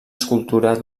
escultura